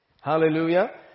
Hallelujah